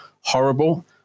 horrible